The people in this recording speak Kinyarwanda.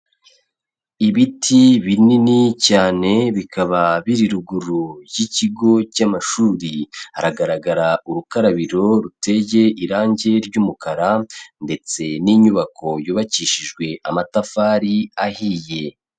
Ibiti binini cyane bikaba biri ruguru y'ikigo cy'amashuri, haragaragara urukarabiro ruteye irange ry'umukara ndetse n'inyubako yubakishijwe amatafari ahiye.